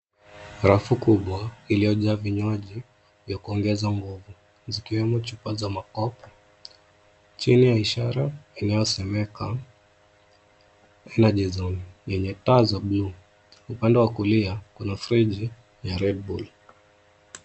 Rafu kubwa iliyojaa vinywaji vya kuongeza nguvu, zikiwemo chupa za makopo, chini ya ishara inayosemeka Energy Zone yenye taa za buluu. Upande wa kulia kuna friji ya Redbull.